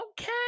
okay